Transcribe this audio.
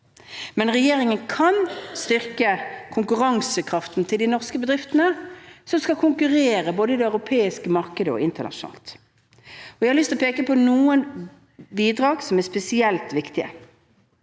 men regjeringen kan styrke konkurransekraften til de norske bedriftene som skal konkurrere, både i det europeiske markedet og internasjonalt. Jeg har lyst å peke på noen bidrag som er spesielt viktige.